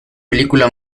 película